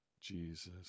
Jesus